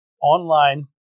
online